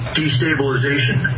destabilization